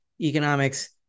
Economics